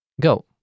Go